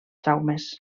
traumes